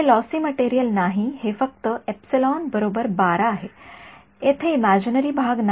हे lossy material नाही हे फक्त आहे तेथे इमॅजिनरी भाग नाही